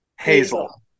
Hazel